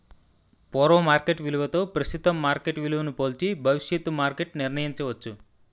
పూర్వ మార్కెట్ విలువతో ప్రస్తుతం మార్కెట్ విలువను పోల్చి భవిష్యత్తు మార్కెట్ నిర్ణయించవచ్చు